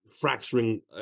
Fracturing